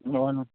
बरो न्हू